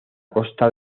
costa